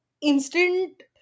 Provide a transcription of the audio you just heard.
instant